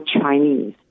Chinese